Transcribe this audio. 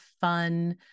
fun